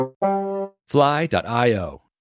fly.io